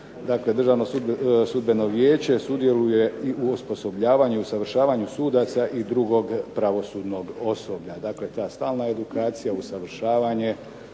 Dakle, "Državno sudbeno vijeće sudjeluje i u osposobljavanju i usavršavanju sudaca i drugog pravosudnog osoblja". Dakle, ta stalna edukacija, usavršavanje